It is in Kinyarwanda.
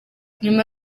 nyuma